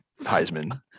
Heisman